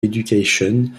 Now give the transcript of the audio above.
education